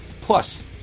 plus